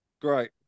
Great